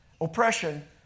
oppression